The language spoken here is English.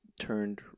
turned